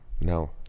No